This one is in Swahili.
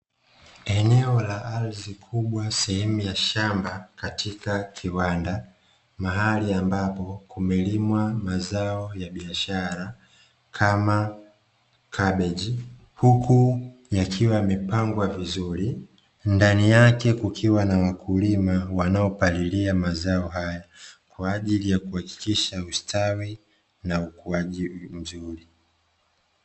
Eneo la ardhi kubwa sehemu ya shamba katika kiwanda, mahali ambapo kumelimwa mazao ya biashara kama kabeji, huku yakiwa yamepangwa vizuri. Ndani yake kukiwa na wakulima wanaopalilia mazao haya kwa ajili ya kuhakikisha ustawi na ukuaji mzuri.